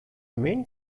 main